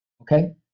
okay